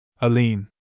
Aline